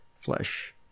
flesh